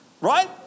Right